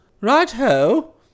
Right-ho